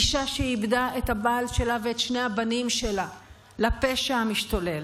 אישה שאיבדה את הבעל שלה ואת שני הבנים שלה לפשע המשתולל.